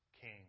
king